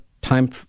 time